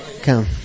Come